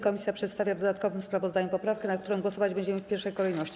Komisja przedstawia w dodatkowym sprawozdaniu poprawkę, nad którą głosować będziemy w pierwszej kolejności.